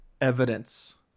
evidence